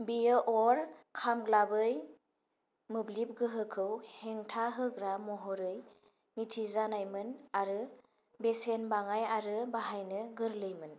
बेयो अर खामग्लाबै मोब्लिब गोहोखौ हेंथां होग्रा महरै मिथिजानायमोन आरो बेसेन बाङाइ आरो बाहायनो गोरलैमोन